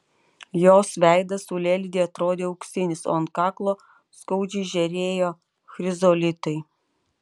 jos veidas saulėlydyje atrodė auksinis o ant kaklo skaudžiai žėrėjo chrizolitai